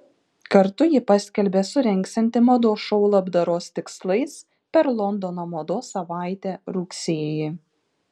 kartu ji paskelbė surengsianti mados šou labdaros tikslais per londono mados savaitę rugsėjį